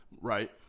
Right